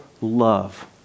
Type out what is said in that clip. love